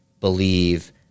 believe